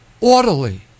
orderly